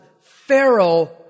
Pharaoh